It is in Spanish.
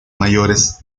mayores